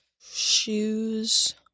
shoes